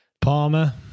Palmer